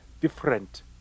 different